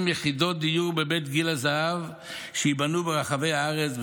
יחידות דיור בבתי גיל הזהב שייבנו ברחבי הארץ,